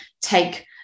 take